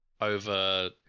Over